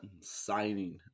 signing